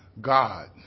God